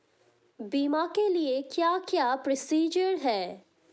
बीमा के लिए क्या क्या प्रोसीजर है?